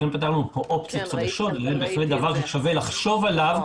זה בהחלט דבר ששווה לחשוב עליו.